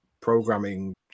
programming